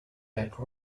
back